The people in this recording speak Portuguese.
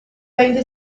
ainda